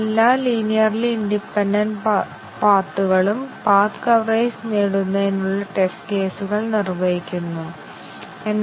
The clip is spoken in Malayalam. എക്സ്പോണൻഷ്യൽ ടെസ്റ്റ് കേസുകളില്ലാതെ ഒന്നിലധികം കണ്ടീഷൻ കവറേജ് പരിശോധിക്കുന്നതിന്റെ സമഗ്രത കൈവരിക്കാൻ നമുക്ക് കഴിയുമോ എന്ന് നോക്കാം